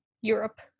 Europe